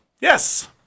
Yes